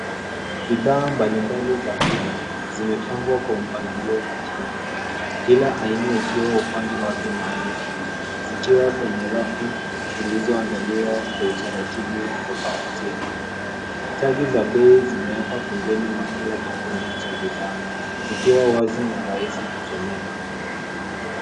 Bidhaa mbali mbali za kula zimepangwa kwa mpangilio makini. Kila aina ikiwa upande wake maalum, zikiwa kwenye rafu zilizoandaliwa kwa utaratibu wa kuvutia. Tagi za bei zimeekwa pembeni mwa kila kikundi cha bidhaa zikiwa wazi na rahisi kusomeka.